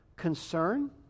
concern